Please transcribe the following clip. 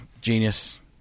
Genius